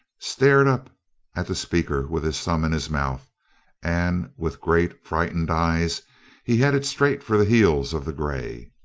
stared up at the speaker with his thumb in his mouth and with great, frightened eyes he headed straight for the heels of the grey!